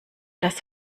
das